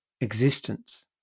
existence